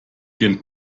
den